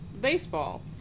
baseball